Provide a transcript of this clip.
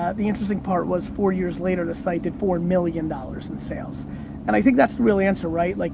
ah the interesting part was four years later the site did four million dollars in sales, and i think that's the real answer, right? like